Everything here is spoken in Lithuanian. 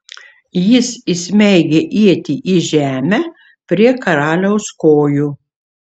jis įsmeigia ietį į žemę prie karaliaus kojų